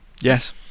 Yes